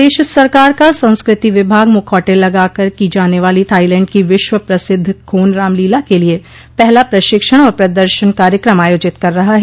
प्रदेश सरकार का संस्कृति विभाग मुखौटे लगाकर की जाने वाली थाइलैंड को विश्व प्रसिद्ध खोन रामलीला के लिए पहला प्रशिक्षण और प्रदर्शन कार्यक्रम आयोजित कर रहा है